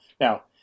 Now